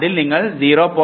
നിങ്ങൾ 0